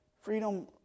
freedom